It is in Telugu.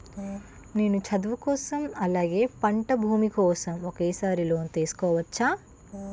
నేను చదువు కోసం అలాగే పంట భూమి కోసం ఒకేసారి లోన్ తీసుకోవచ్చా?